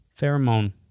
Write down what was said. pheromone